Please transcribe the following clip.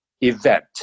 event